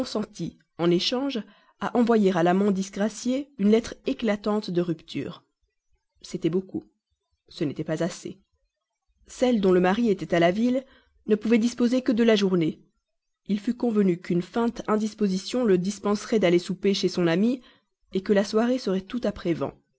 en échange à envoyer à l'amant disgracié une lettre éclatante de rupture c'était beaucoup ce n'était pas assez celle dont le mari était à la ville ne pouvait disposer que de la journée il fut convenu qu'une feinte indisposition la dispenserait d'aller souper chez son amie que la soirée serait toute à prévan